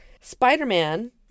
Spider-Man